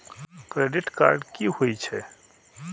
Credit card की होई छै?